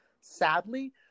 Sadly